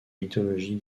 mythologie